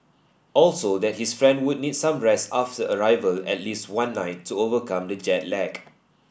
also that his friend would need some rest after arrival at least one night to overcome the jet lag